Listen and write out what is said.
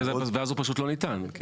ואז זה פשוט לא ניתן.